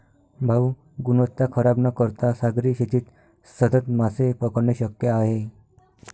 भाऊ, गुणवत्ता खराब न करता सागरी शेतीत सतत मासे पकडणे शक्य आहे